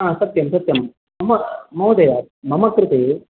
हा सत्यं सत्यं मम महोदय मम कृते